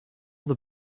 the